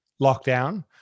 lockdown